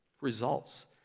Results